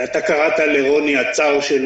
אתה קראת לרוני הצאר של